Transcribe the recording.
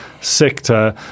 sector